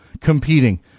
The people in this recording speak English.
competing